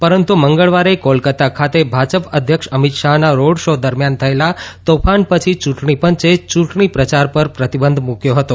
પરંતુ મંગળવારે કોલકતા ખાતે ભાજપ અધ્યક્ષ અમિત શાહના રોડ શો દરમ્યાન થયેલા તોફાન પછી ચૂંટણી પંચે ચૂંટણી પ્રચાર પર પ્રતિબંધ મૂક્યો હતો